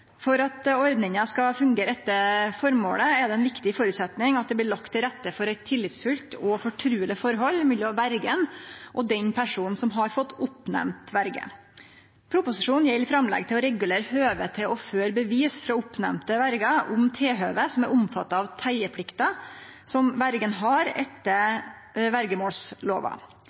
For at ordninga skal fungere etter formålet, er det ein viktig føresetnad at det blir lagt til rette for eit tillitsfullt og fortruleg forhold mellom verja og den personen som har fått nemnt opp ei verje. Proposisjonen gjeld framlegg til regulering av høvet til å føre bevis frå oppnemnde verjer om tilhøve som er omfatta av teieplikta som verja har etter